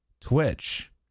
Twitch